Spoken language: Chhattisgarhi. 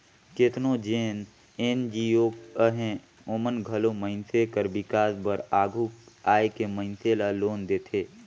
केतनो जेन एन.जी.ओ अहें ओमन घलो मइनसे कर बिकास बर आघु आए के मइनसे ल लोन देथे